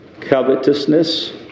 covetousness